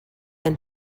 than